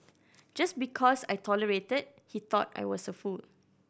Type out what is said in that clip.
just because I tolerated he thought I was a fool